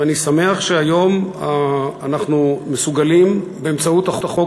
ואני שמח שהיום אנחנו מסוגלים באמצעות החוק